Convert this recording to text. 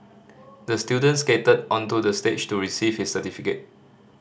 the student skated onto the stage to receive his certificate